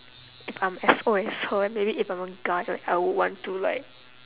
if I'm as old as her and maybe if I'm a guy like I would want to like